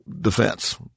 defense